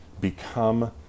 become